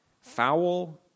foul